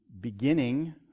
beginning